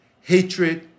hatred